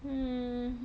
hmm